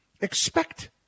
expect